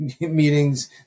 meetings